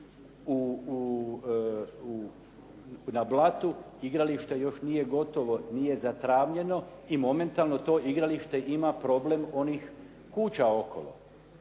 na Blatu igralište još nije gotovo, nije zatravnjeno i momentalno to igralište ima problem onih kuća okolo.